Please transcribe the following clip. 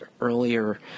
earlier